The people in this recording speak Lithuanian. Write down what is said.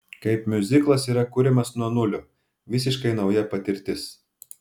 kaip miuziklas yra kuriamas nuo nulio visiškai nauja patirtis